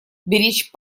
беречь